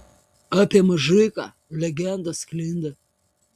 apie mažuiką legendos sklinda